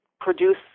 produce